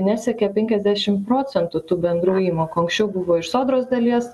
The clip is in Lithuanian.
nesiekia penkiasdešim procentų tų bendrų įmokų anksčiau buvo iš sodros dalies